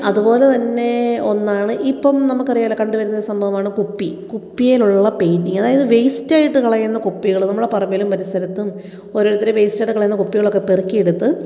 അതുപോലെ തന്നെ ഒന്നാണ് ഇപ്പം നമുക്ക് അറിയാമല്ലോ കണ്ടു വരുന്ന സംഭവമാണല്ലോ കുപ്പി കുപ്പിയിലുള്ള പെയിന്റിംഗ് അതായത് വേയിസ്റ്റായിട്ട് കളയുന്ന കുപ്പികൾ നമ്മുടെ പറമ്പിലും പരിസരത്തും ഓരോരുത്തർ വേയിസ്റ്റായിട്ട് കളയുന്ന കുപ്പികളൊക്കെ പെറുക്കി എടുത്ത്